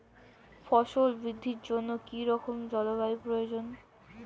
ফসল বৃদ্ধির জন্য কী রকম জলবায়ু প্রয়োজন?